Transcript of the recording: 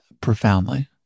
profoundly